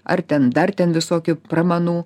ar ten dar ten visokių pramanų